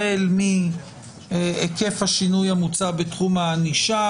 החל מהיקף השינוי המוצע בתחום הענישה,